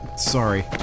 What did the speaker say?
Sorry